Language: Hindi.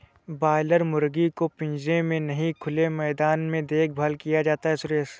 बॉयलर मुर्गी को पिंजरे में नहीं खुले मैदान में देखभाल किया जाता है सुरेश